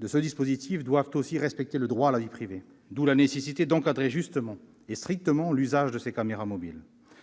de ce dispositif doivent aussi respecter le droit à la vie privée. D'où la nécessité d'encadrer « justement » et « strictement » l'usage de ces caméras mobiles.